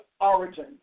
origin